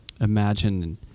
imagine